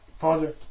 Father